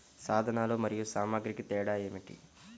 సాధనాలు మరియు సామాగ్రికి తేడా ఏమిటి?